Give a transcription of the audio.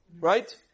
Right